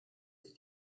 sich